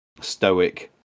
stoic